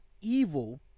Evil